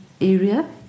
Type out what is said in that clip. area